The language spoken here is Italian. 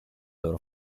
loro